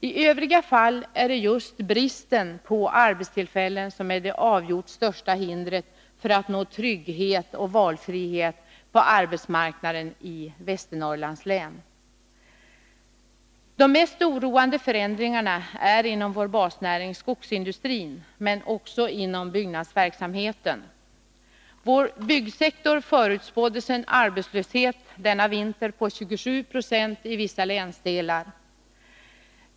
I övriga fall är det just bristen på arbetstillfällen som är det avgjort största hindret för att nå trygghet och valfrihet på arbetsmarknaden i Västernorrlands län. De mest oroande förändringarna sker inom vår basnäring skogsindustrin men också inom byggnadsverksamheten. Vår byggsektor förutspåddes en arbetslöshet denna vinter på 27 26 i vissa länsdelar.